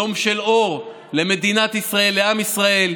יום של אור למדינת ישראל, לעם ישראל.